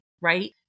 right